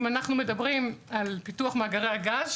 אם אנו מדברים על פיתוח מאגרי הגז,